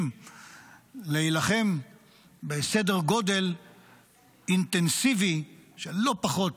להילחם בסדר גודל אינטנסיבי לא פחות